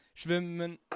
schwimmen